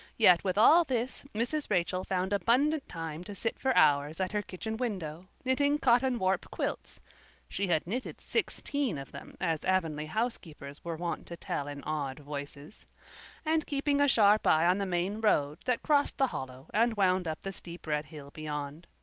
yet with all this mrs. rachel found abundant time to sit for hours at her kitchen window, knitting cotton warp quilts she had knitted sixteen of them, as avonlea housekeepers were wont to tell in awed voices and keeping a sharp eye on the main road that crossed the hollow and wound up the steep red hill beyond.